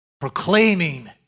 proclaiming